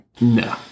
no